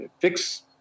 fix